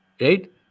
Right